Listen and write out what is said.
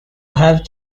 have